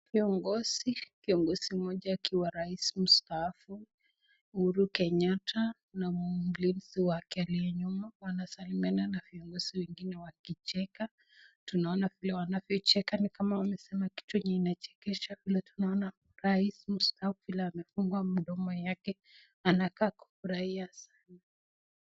Viongozi, kiongozi moja akiwa rais mustafu Uhuru Kenyatta viongozi wake walio nyuma wanasalimiana na viongozi wengine wakicheka tunaona pia wanapocheka ni kama wamesema kitu chenye kinachekesha, vile tunaona rais mustafu vile amefungua mdomo yake anakaa kufurahia sana.